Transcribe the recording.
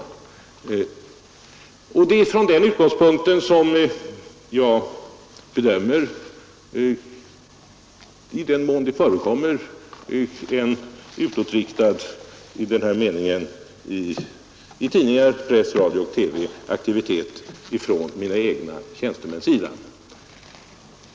Det är från den utgångspunkten jag bedömer en i denna mening utåtriktad aktivitet, i tidningar, press, radio och TV, från mina egna tjänstemäns sida i den mån en sådan förekommer.